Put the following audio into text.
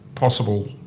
possible